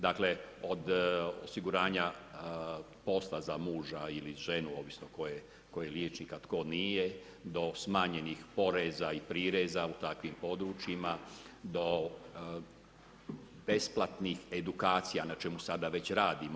Dakle od osiguranja posla za muža ili ženu ovisno tko je liječnik a tko nije do smanjenih poreza i prireza u takvim područjima do besplatnih edukacija na čemu sada već radimo.